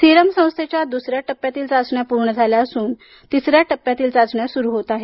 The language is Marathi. सिरम संस्थेच्या दुसऱ्या टप्प्यातील चाचण्या पूर्ण झाल्या असून तिसऱ्या टप्प्यातील चाचण्या सुरू होत आहेत